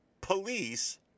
Police